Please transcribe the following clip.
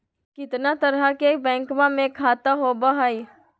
कितना तरह के बैंकवा में खाता होव हई?